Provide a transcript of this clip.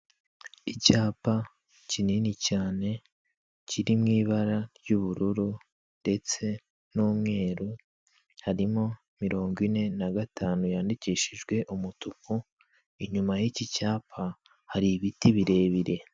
Icyapa kinini cyane kiri mu ibara ry'ubururu ndetse n'umweru, harimo mirongo ine na gatanu yandikishijwe umutuku, inyuma y'iki cyapa hari ibiti birebire.